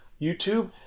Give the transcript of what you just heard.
YouTube